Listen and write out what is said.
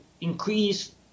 increase